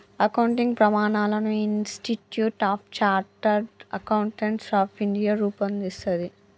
accounting ప్రమాణాలను institute of chartered accountants of India రూపొందిస్తది